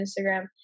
Instagram